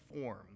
form